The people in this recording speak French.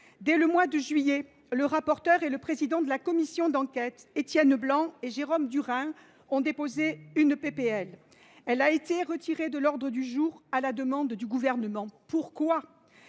Dès le mois de juillet, le rapporteur et le président de la commission d’enquête, Étienne Blanc et Jérôme Durain, ont déposé une proposition de loi. Elle a été retirée de l’ordre du jour à la demande du Gouvernement. Pourquoi ?